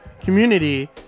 community